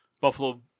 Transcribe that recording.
Buffalo